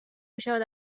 میشود